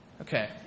Okay